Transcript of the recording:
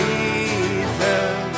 Jesus